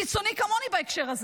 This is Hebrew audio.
קיצוני כמוני בהקשר הזה,